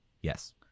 Yes